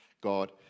God